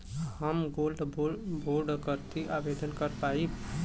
हम गोल्ड बोड करती आवेदन कर पाईब?